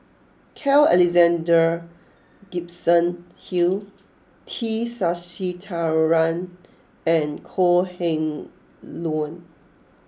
Carl Alexander Gibson Hill T Sasitharan and Kok Heng Leun